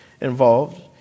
involved